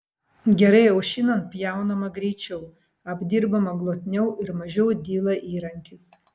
gerai aušinant pjaunama greičiau apdirbama glotniau ir mažiau dyla įrankis